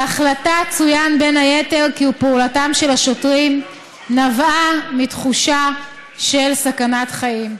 בהחלטה צוין בין היתר כי פעולתם של השוטרים נבעה מתחושה של סכנת חיים.